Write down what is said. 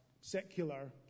secular